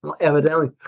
Evidently